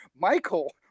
Michael